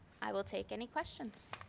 i will take any questions.